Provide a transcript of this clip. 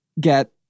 get